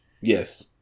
Yes